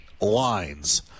Lines